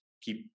keep